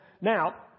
now